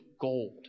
gold